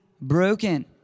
broken